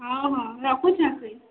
ହଁ ହଁ ରଖୁଚେଁ ସେ